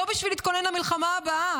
לא בשביל להתכונן למלחמה הבאה,